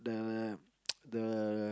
the the